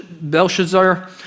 Belshazzar